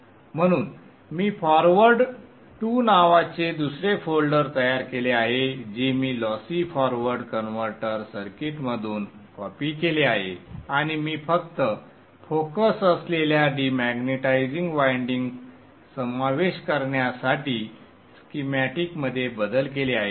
म्हणून मी forward two नावाचे दुसरे फोल्डर तयार केले आहे जे मी लॉसी फॉरवर्ड कन्व्हर्टर सर्किटमधून कॉपी केले आहे आणि मी फक्त फोकस असलेल्या डिमॅग्नेटिझिंग वायंडिंग समावेश करण्यासाठी स्कीमॅटिकमध्ये बदल केले आहेत